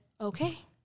okay